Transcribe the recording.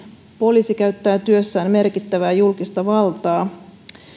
poliisi käyttää työssään merkittävää julkista valtaa